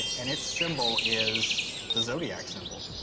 and its symbol is the zodiac symbol.